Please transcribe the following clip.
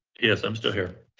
yes, i'm still here.